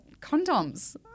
condoms